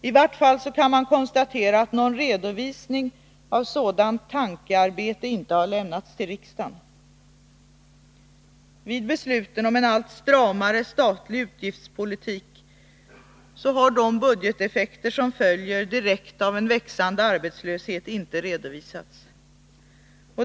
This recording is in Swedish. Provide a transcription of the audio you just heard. I varje fall så kan man konstatera att någon redovisning av sådant tankearbete inte har lämnats till riksdagen. Vid besluten om en allt stramare statlig utgiftspolitik har de budgeteffekter som följer direkt av en växande arbetslöshet inte redovisats.